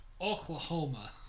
Oklahoma